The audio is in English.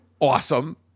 awesome